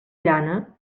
llana